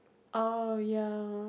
oh ya